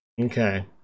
Okay